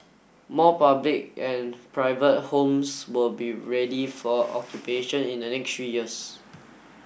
more public and private homes will be ready for occupation in the next three years